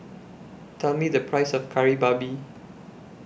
Tell Me The Price of Kari Babi